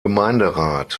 gemeinderat